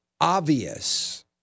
obvious